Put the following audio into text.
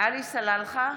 עלי סלאלחה,